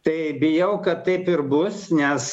tai bijau kad taip ir bus nes